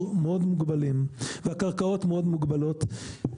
מאוד מוגבלים והקרקעות מאוד מוגבלות,